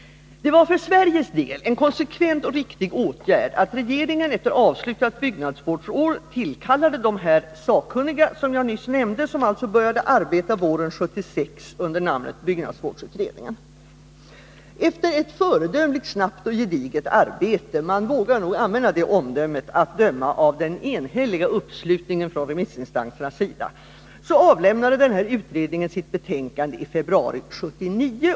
Det var för Sveriges del en konsekvent och riktig åtgärd att regeringen efter avslutat byggnadsvårdsår tillkallade de av mig nyss nämnda sakkunni ga, som alltså började sitt arbete våren 1976 och tog namnet byggnadsvårds Nr 125 utredningen. Efter ett förebildligt snabbt och gediget arbete — man vågar nog göra den karakteristiken, att döma av den enhälliga uppslutningen från remissinstansernas sida — avlämnade utredningen sitt betänkande i februari 1979.